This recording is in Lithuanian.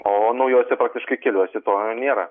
o naujuose praktiškai keliuose to nėra